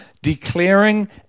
Declaring